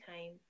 time